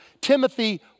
Timothy